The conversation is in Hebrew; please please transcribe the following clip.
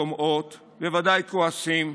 דומעות, בוודאי כועסים,